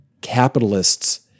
capitalists